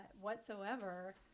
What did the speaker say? whatsoever